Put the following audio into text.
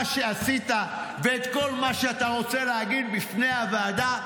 שעשית ואת כל מה שאתה רוצה להגיד בפני הוועדה,